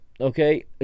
Okay